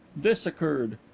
this occurred.